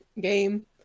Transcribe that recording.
game